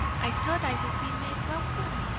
i thought i would be made welcome,